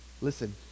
listen